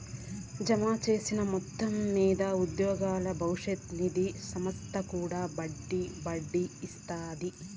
జమచేసిన మొత్తం మింద ఉద్యోగుల బవిష్యత్ నిది సంస్త కూడా ఒడ్డీ ఇస్తాది